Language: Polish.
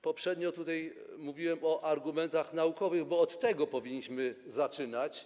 Poprzednio mówiłem o argumentach naukowych, bo od tego powinniśmy zaczynać.